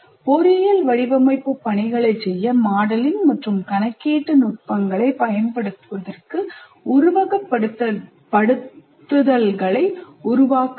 பொறியியல் வடிவமைப்பு பணிகளைச் செய்ய மாடலிங் மற்றும் கணக்கீட்டு நுட்பங்களைப் பயன்படுத்துவதற்கு உருவகப்படுத்துதல்களை உருவாக்குங்கள்